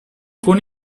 con